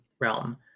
realm